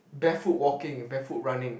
barefoot walking barefoot running